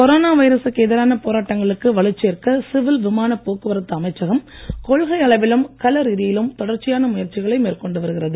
corona வைரசுக்கு எதிரான போராட்டங்களுக்கு வலுச் சேர்க்க சிவில் விமானப் போக்குவரத்து அமைச்சகம் கொள்கை அளவிலும் கள ரீதியிலும் தொடர்ச்சியான முயற்சிகளை மேற்கொண்டு வருகிறது